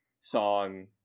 song